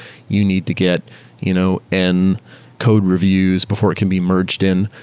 you need to get you know n code reviews before it can be merged in.